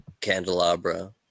candelabra